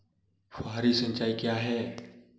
फुहारी सिंचाई क्या है?